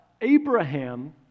Abraham